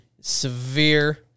severe